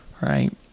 right